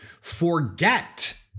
Forget